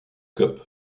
cup